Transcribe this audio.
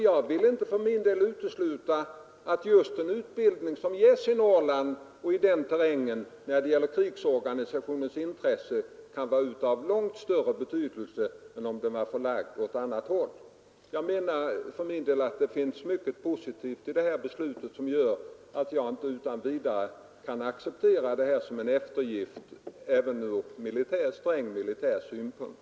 Jag vill för min del inte utesluta att just den utbildning som förläggs till Norrland, i den terrängen, kan vara av långt större betydelse med tanke på krigsorganisationens intressen än om den var förlagd på annat håll. Det finns mycket positivt i det här förslaget som gör att jag inte utan vidare kan acceptera detta som en eftergift även från strängt militär synpunkt.